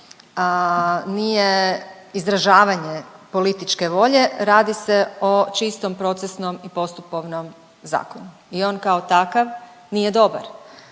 nije izražavanje političke volje, radi se o čistom procesnom i postupovnom zakonu i on kao takav nije dobar.